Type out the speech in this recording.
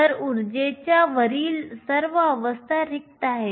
तर उर्जेच्या वरील सर्व अवस्था रिक्त आहेत